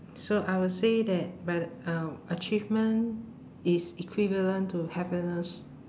so I will say that but um achievement is equivalent to happiness